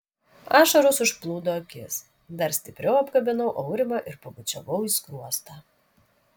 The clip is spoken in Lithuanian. ašaros užplūdo akis dar stipriau apkabinau aurimą ir pabučiavau į skruostą